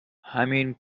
همین